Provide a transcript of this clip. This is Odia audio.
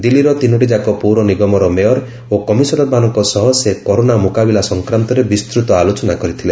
ଦିଲ୍ଲୀର ତିନୋଟି ଯାକ ପୌର ନିଗମର ମେୟର ଓ କମିଶନରମାନଙ୍କ ସହ ସେ କରୋନା ମୁକାବିଲା ସଂକ୍ରାନ୍ତରେ ବିସ୍ତୂତ ଆଲୋଚନା କରିଥିଲେ